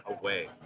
away